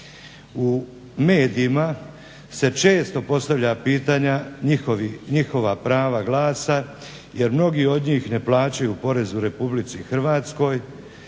U medijima se često postavlja pitanja njihova prava glasa jer mnogi od njih ne plaćaju porez u RH. Promicalo